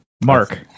Mark